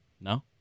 No